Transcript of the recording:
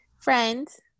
friends